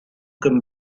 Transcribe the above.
comme